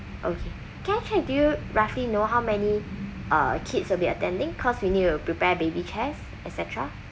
okay can I can do you roughly know how many uh kids will be attending cause we need to prepare baby chairs et cetera